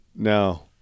No